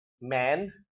man